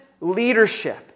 leadership